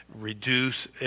reduce